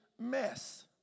mess